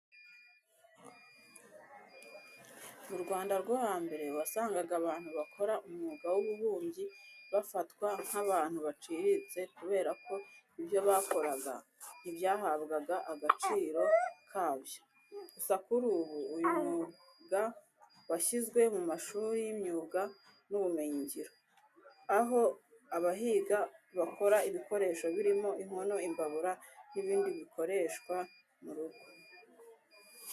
Mu Rwanda rwo hambere wasangaga abantu bakora umwuga w'ububumbyi bafatwa nk'abantu baciriritse kubera ko ibyo bakoraga ntibyahabwaga agaciro kabyo. Gusa kuri ubu, uyu mwuga washyizwe mu mashuri y'imyuga n'ubumenyingiro, aho abahiga bakora ibikoresho birimo inkono, imbabura n'ibindi bikoreshwa mu rugo.